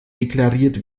deklariert